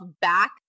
back